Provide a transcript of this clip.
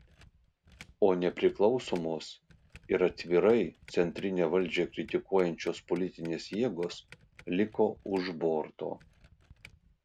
o nepriklausomos ir atvirai centrinę valdžią kritikuojančios politinės jėgos liko už borto